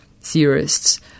theorists